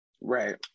Right